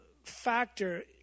factor